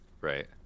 right